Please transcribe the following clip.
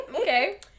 okay